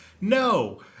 no